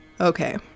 Okay